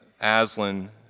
Aslan